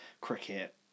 cricket